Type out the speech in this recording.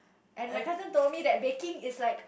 and my cousin told me that baking is like